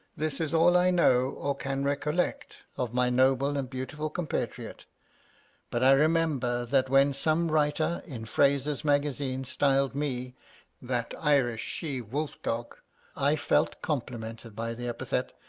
this is all i know or can recollect of my noble and beautiful compatriot but i remember that when some writer in fraser's magazine' styled me that irish she wolf-dog i felt complimented by the epithet,